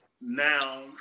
now